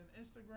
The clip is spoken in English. Instagram